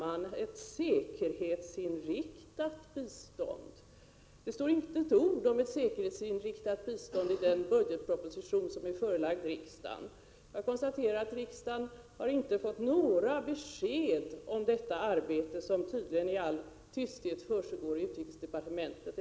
Statsrådet talar om ett säkerhetsinriktat bistånd. Det står inte ett ord om något säkerhetsinriktat bistånd i den budgetproposition som är förelagd riksdagen. Jag konstaterar att riksdagen inte har fått några besked om detta arbete, som tydligen i all tysthet försiggår i utrikesdepartementet.